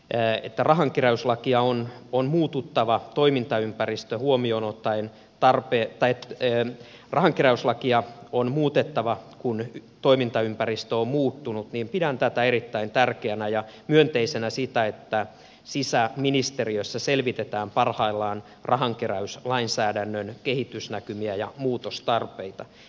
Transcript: peitä rahankeräyslakia on on muututtava toimintaympäristö huomioonottaen barbie toteaa että rahankeräyslakia on muutettava kun toimintaympäristö on muuttunut niin pidän erittäin tärkeänä ja myönteisenä sitä että sisäministeriössä selvitetään parhaillaan rahankeräyslainsäädännön kehitysnäkymiä ja muutostarpeita